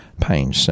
pain